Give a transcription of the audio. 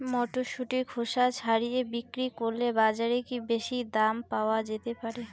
মটরশুটির খোসা ছাড়িয়ে বিক্রি করলে বাজারে কী বেশী দাম পাওয়া যেতে পারে?